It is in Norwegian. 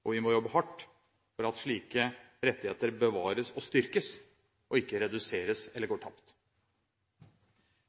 politikk. Vi må jobbe hardt for at slike rettigheter bevares og styrkes, og ikke reduseres eller går tapt.